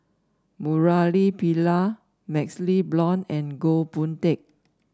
Murali Pillai MaxLe Blond and Goh Boon Teck